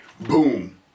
Boom